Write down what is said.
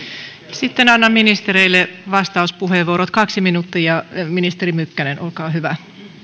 sitten annan ministereille vastauspuheenvuorot kaksi minuuttia ministeri mykkänen olkaa hyvä arvoisa